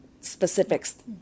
specifics